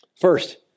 First